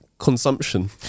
Consumption